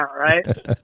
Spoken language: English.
Right